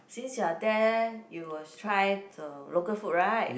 since you are there you will try the local food right